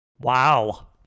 Wow